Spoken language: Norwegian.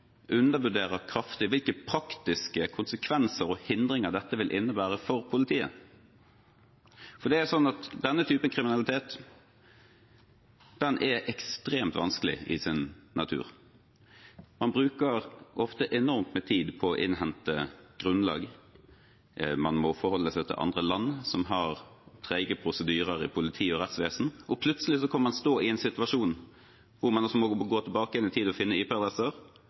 kraftig hvilke praktiske konsekvenser og hindringer dette vil innebære for politiet. Denne typen kriminalitet er ekstremt vanskelig i sin natur. Man bruker ofte enormt med tid på å innhente grunnlag. Man må forholde seg til land som har trege prosedyrer i politi og rettsvesen. Plutselig kan man stå i en situasjon der man må gå tilbake i tid og finne